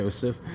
Joseph